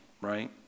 Right